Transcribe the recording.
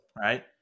Right